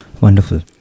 Wonderful